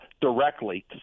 directly